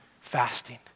fasting